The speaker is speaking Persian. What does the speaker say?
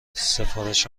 سفارش